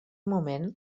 moment